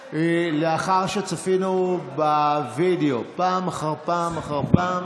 לאחר שצפינו בווידיאו פעם אחר פעם אחר פעם,